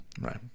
Right